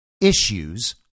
issues